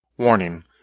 Warning